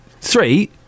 Three